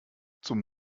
zum